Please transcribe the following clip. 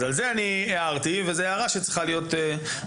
ועל זה אני הערתי וזאת הערה שצריכה להיות.